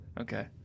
Okay